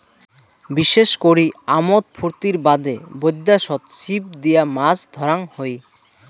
বিশেষ করি আমোদ ফুর্তির বাদে বৈদ্যাশত ছিপ দিয়া মাছ ধরাং হই